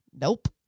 Nope